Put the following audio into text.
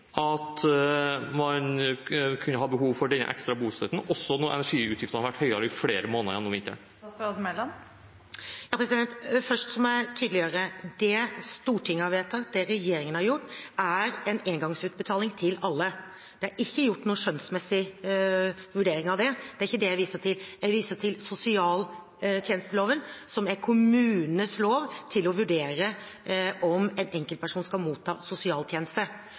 at man kunne ha behov for den ekstra bostøtten også fordi energiutgiftene har vært høyere i flere måneder gjennom vinteren? Først må jeg tydeliggjøre: Det Stortinget har vedtatt, det regjeringen har gjort, er en engangsutbetaling til alle. Det er ikke gjort noen skjønnsmessig vurdering av det, det er ikke det jeg viser til. Jeg viser til sosialtjenesteloven, som er kommunenes lov til å vurdere om en enkeltperson skal motta sosialtjeneste.